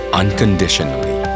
unconditionally